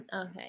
Okay